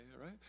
right